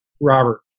Robert